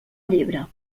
llebre